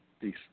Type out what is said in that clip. Peace